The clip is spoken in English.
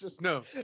No